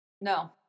No